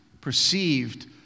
perceived